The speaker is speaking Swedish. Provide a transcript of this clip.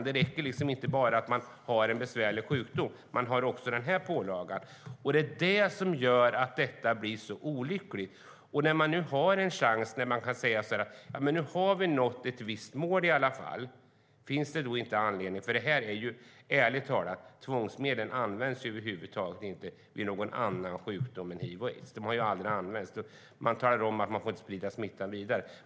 Det räcker inte bara med att man har en besvärlig sjukdom utan får även den här pålagan. Det är det som gör att detta blir så olyckligt. När vi nu har en chans och kan säga att vi har nått ett visst mål, finns det då inte anledning att se över smittskyddslagstiftningen? Ärligt talat används tvångsmedel över huvud taget inte vid någon annan sjukdom än vid hiv/aids. Det sägs att man inte får sprida smittan vidare.